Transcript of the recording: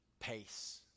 pace